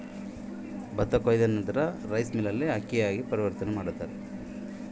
ಭತ್ತವನ್ನ ನಂತರ ಯಾವ ರೇತಿಯಾಗಿ ಅಕ್ಕಿಯಾಗಿ ಪರಿವರ್ತಿಸುತ್ತಾರೆ?